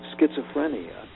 schizophrenia